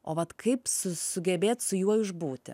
o vat kaip sugebėt su juo išbūti